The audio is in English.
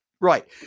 Right